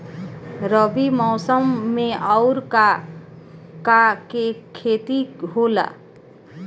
रबी मौसम में आऊर का का के खेती होला?